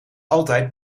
altijd